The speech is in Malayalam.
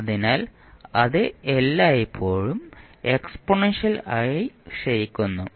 അതിനാൽ അത് എല്ലായ്പ്പോഴും എക്സ്പോണൻഷ്യൽ ആയി ക്ഷയിക്കുന്നു